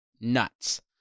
nuts